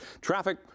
Traffic